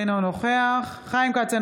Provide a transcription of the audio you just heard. אינו נוכח חיים כץ,